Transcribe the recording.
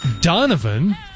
Donovan